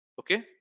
okay